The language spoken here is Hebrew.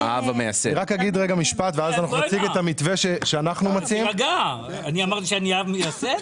תירגע, אני אמרתי שאני אב מייסד?